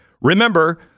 Remember